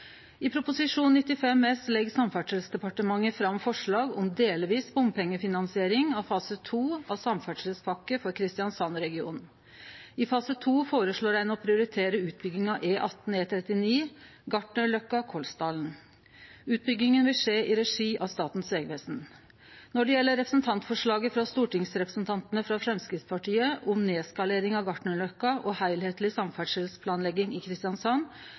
i Kristiansand. I Prop. 95 S for 2020–2021 legg Samferdselsdepartementet fram forslag om delvis bompengefinansiering av fase 2 av Samferdselspakke for Kristiansandsregionen. I fase 2 føreslår ein å prioritere utbygging av E18/E39 Gartnerløkka–Kolsdalen. Utbygginga vil skje i regi av Statens vegvesen. Når det gjeld representantforslaget frå stortingsrepresentantane frå Framstegspartiet, om nedskalering av Gartnerløkka og heilskapleg samferdselsplanlegging i Kristiansand,